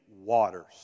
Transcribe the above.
waters